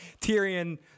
Tyrion